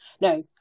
No